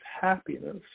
happiness